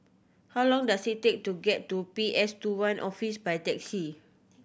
how long does it take to get to P S Two One Office by taxi